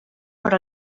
per